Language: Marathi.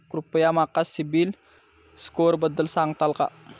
कृपया माका सिबिल स्कोअरबद्दल सांगताल का?